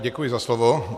Děkuji za slovo.